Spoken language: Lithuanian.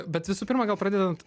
bet visų pirma gal pradedant